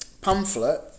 Pamphlet